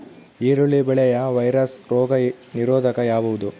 ಈರುಳ್ಳಿ ಬೆಳೆಯ ವೈರಸ್ ರೋಗ ನಿರೋಧಕ ಯಾವುದು?